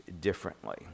differently